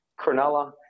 Cronulla